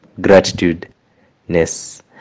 gratitude-ness